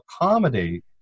accommodate